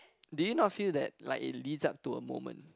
did you not feel that like it lease up to a moment